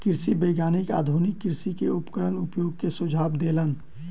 कृषि वैज्ञानिक आधुनिक कृषि उपकरणक उपयोग के सुझाव देलैन